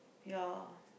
ya